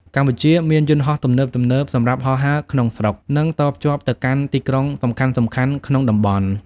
កម្ពុជាមានយន្តហោះទំនើបៗសម្រាប់ហោះហើរក្នុងស្រុក និងតភ្ជាប់ទៅកាន់ទីក្រុងសំខាន់ៗក្នុងតំបន់។